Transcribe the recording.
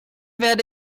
werde